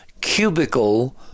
cubicle